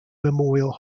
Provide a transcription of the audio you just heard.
memorial